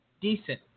Decent